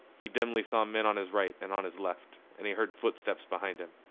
he dimly saw men on his right and on his left, and he heard footsteps behind him.